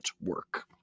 work